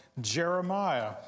Jeremiah